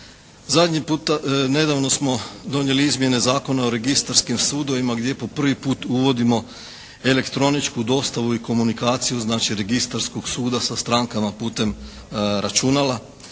bilježnicima. Nedavno smo donijeli izmjene Zakona o registarskim sudovima gdje po prvi puta uvodimo elektroničku dostavu i komunikaciju znači registarskog suda sa strankama putem računala.